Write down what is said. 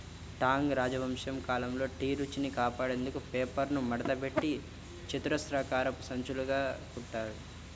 Tang రాజవంశం కాలంలో tea రుచిని కాపాడేందుకు పేపర్ను మడతపెట్టి చతురస్రాకారపు సంచులుగా కుట్టారు